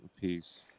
Peace